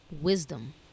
wisdom